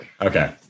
Okay